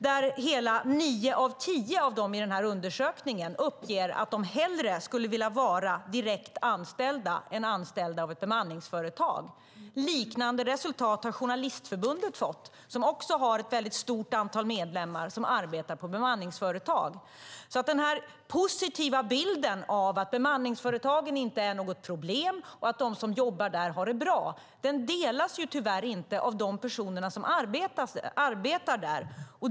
Så många som nio av tio i undersökningen uppger att de hellre skulle vilja vara direkt anställda än anställda av ett bemanningsföretag. Liknande resultat har Journalistförbundet fått som också har ett stort antal medlemmar som arbetar på bemanningsföretag. Den positiva bilden av att bemanningsföretagen inte är något problem och att de som jobbar där har det bra delas tyvärr inte av de personer som arbetar där.